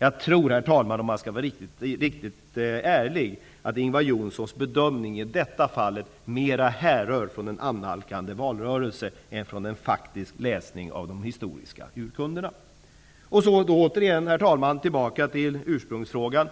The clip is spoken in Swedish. Jag tror, herr talman, om jag skall vara riktigt ärlig, att Ingvar Johnssons bedömning i detta fall mera härrör från en annalkande valrörelse än från en faktisk läsning av de historiska urkunderna. Jag går därmed tillbaka till ursprungsfrågan: